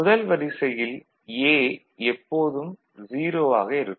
முதல் வரிசையில் A எப்போதும் 0 ஆக இருக்கும்